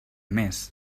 més